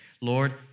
Lord